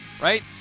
right